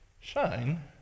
shine